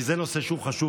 כי זה נושא שהוא חשוב,